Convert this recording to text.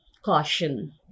Caution